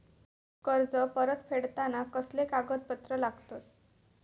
कर्ज परत फेडताना कसले कागदपत्र लागतत?